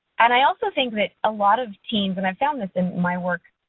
and i also think that a lot of teens and i found this in my work,